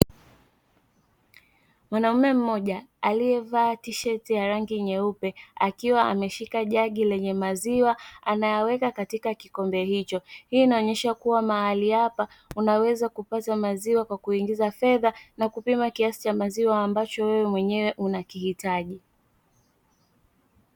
Mwanaume mmoja aliyevaa tisheti ya rangi nyeupe akiwa ameshika jagi lenye maziwa anayaweka katika kikombe hicho, hii inaonyesha kuwa mahali hapa unaweza kupata maziwa kwa kuingiza fedha na kupima kiasi cha maziwa ambacho wewe mwenyewe unakihitaji.